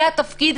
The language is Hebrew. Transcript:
זה התפקיד.